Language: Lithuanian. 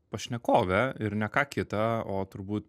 pašnekovę ir ne ką kitą o turbūt